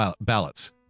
ballots